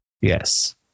Yes